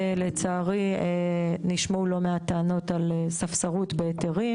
לצערי נשמעו לא מעט טענות על ספסרות בהיתרים,